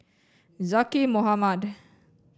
Zaqy Mohamad